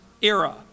era